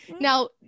Now